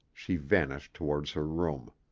she vanished towards her room.